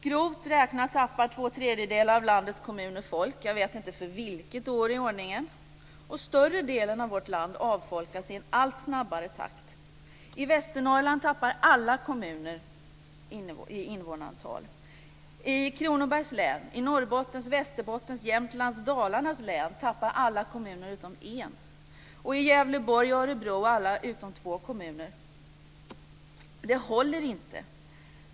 Grovt räknat förlorar två tredjedelar av landets kommuner folk. Jag vet inte för vilket år i ordningen som det sker. Större delen av vårt land avfolkas i en allt snabbare takt. I Västernorrland förlorar alla kommuner invånare. I Kronobergs län, Norrbottens län, Västerbottens län, Jämtlands län och Dalarnas län förlorar alla kommuner utom en invånare. Och i Gävleborgs län och Örebro län förlorar alla kommuner utom två invånare. Detta håller inte.